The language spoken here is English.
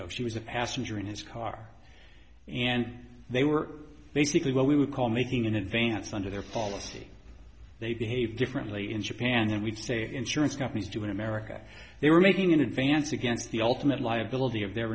itoshi was a passenger in his car and they were basically what we would call making an advance under their policy they behave differently in japan and we'd say the insurance companies do in america they were making an advance against the ultimate liability of the